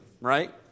right